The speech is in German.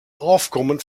aufkommen